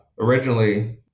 Originally